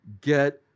get